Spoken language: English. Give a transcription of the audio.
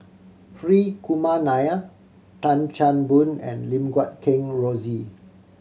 Hri Kumar Nair Tan Chan Boon and Lim Guat Kheng Rosie